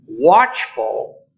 Watchful